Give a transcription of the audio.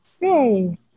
Yay